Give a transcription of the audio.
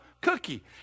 cookie